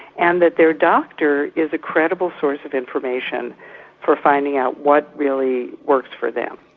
and that their doctor is a credible source of information for finding out what really works for them.